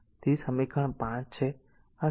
તેથી તે સમીકરણ 5 એ છે